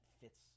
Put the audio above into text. fits